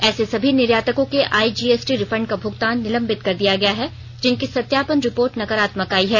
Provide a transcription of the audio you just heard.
ऐसे सभी निर्यातकों के आईजीएसटी रिफंड का भुगतान निलंबित कर दिया गया है जिनकी सत्यापन रिपोर्ट नकारात्मक आई है